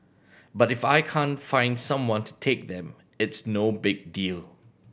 but if I can't find someone to take them it's no big deal